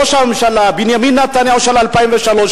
ראש הממשלה בנימין נתניהו של 2003,